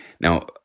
Now